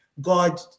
God